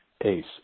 ACE